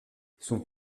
son